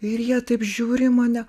ir jie taip žiūri į mane